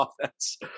offense